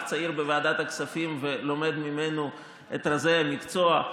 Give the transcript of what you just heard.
צעיר בוועדת הכספים ולומד ממנו את רזי המקצוע.